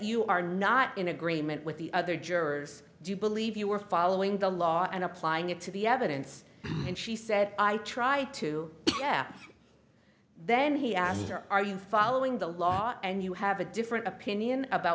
you are not in agreement with the other jurors do you believe you were following the law and applying it to the evidence and she said i try to have then he asked her are you following the law and you have a different opinion about